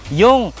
yung